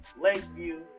Lakeview